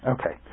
Okay